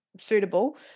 suitable